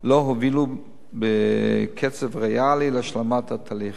לא הובילו בקצב ריאלי להשלמת התהליך.